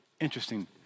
interesting